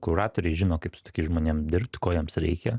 kuratoriai žino kaip su tokiais žmonėm dirbt ko jiems reikia